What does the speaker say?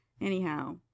Anyhow